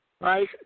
right